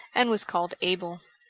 and was called able.